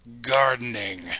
gardening